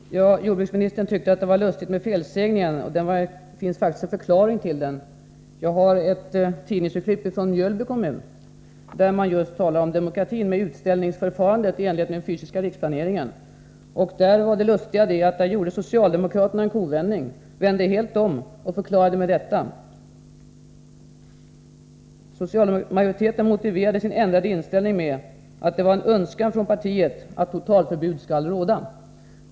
Herr talman! Jordbruksministern tyckte det var lustigt med felsägningen. Det finns faktiskt en förklaring till den. Jag har ett tidningsurklipp från Mjölby, där man talar om demokratin med utställningsförfarandet i enlighet med den fysiska riksplaneringen. Där var det lustiga det, att socialdemokraterna gjorde en kovändning, vände helt om. De motiverade sin ändrade inställning med att det var en önskan från partiet att totalförbud skulle råda.